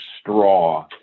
Straw